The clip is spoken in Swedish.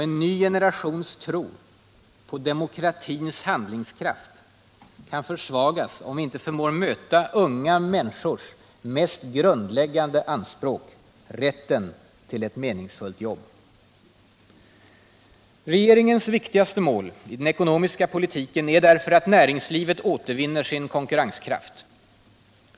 En ny generations tro på demokratins handlingskraft kan försvagas om vi inte förmår möta unga människors mest grundläggande anspråk: rätten till ett meningsfullt jobb. : Regeringens viktigaste mål i den ekonomiska politiken är därför att näringslivet återvinner sin konkurrenskraft.